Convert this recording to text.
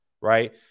right